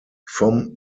vom